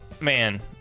man